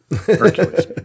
Hercules